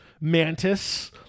Mantis